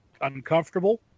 uncomfortable